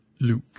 Luke